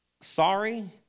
Sorry